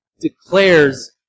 declares